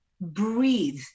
breathe